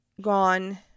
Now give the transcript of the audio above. gone